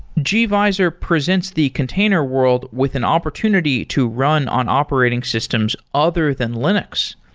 gvisor presents the container world with an opportunity to run on operating systems other than linux.